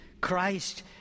Christ